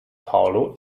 paulo